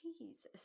Jesus